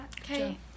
Okay